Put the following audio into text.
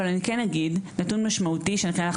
אבל אני כן אגיד נתון משמעותי שאנחנו